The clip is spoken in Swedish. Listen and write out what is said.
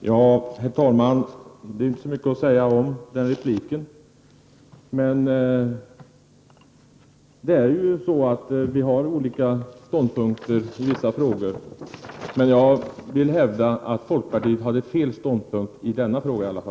Herr talman! Det är inte så mycket att säga om den repliken. Vi intar förvisso olika ståndpunkter i vissa frågor. Jag hävdar att folkpartiet intog fel ståndpunkt i denna fråga.